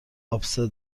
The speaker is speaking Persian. آبسه